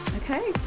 okay